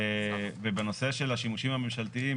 בנושא של השימושים הממשלתיים,